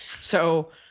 So-